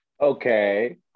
okay